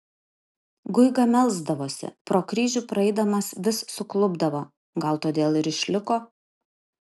guiga melsdavosi pro kryžių praeidamas vis suklupdavo gal todėl ir išliko